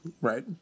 right